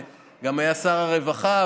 והיה גם שר הרווחה,